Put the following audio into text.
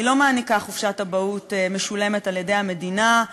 היא לא מעניקה חופשת אבהות משולמת על-ידי המדינה,